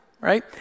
right